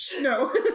no